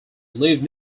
lived